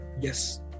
Yes